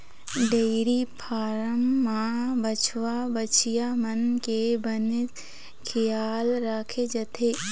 dairy farm म बछवा, बछिया मन के बनेच खियाल राखे जाथे